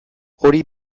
hori